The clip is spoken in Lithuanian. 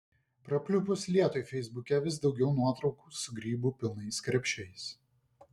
prapliupus lietui feisbuke vis daugiau nuotraukų su grybų pilnais krepšiais